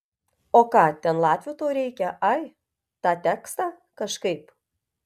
o ką ten latvių tau reikia ai tą tekstą kažkaip